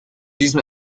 diesem